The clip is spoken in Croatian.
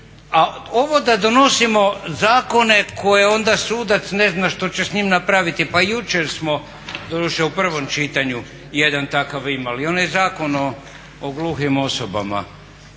A ovo da donosimo zakone koje onda sudac ne zna što će s njim napraviti, pa jučer smo doduše u prvom čitanju jedan takav imali, onaj Zakon o gluhim osobama.